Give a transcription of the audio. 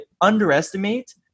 underestimate